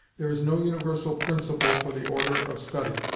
there is no universal principle for the order of study,